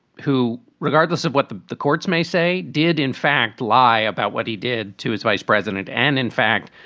who, regardless of what the the courts may say, did in fact lie about what he did to his vice president. and, in fact,